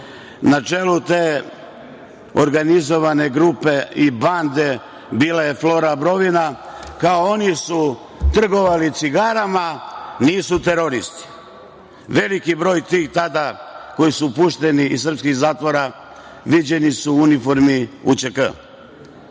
Na čelu te organizovane grupe i bande bila je Flora Brovina. Kao, oni su trgovali cigarama, nisu teroristi. Veliki broj tih koji su tada pušteni iz srpskih zatvora viđeni su u uniformi UČK.Kad